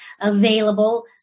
available